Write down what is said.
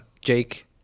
Jake